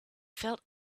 felt